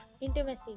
intimacy